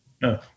No